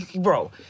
bro